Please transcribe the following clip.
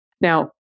Now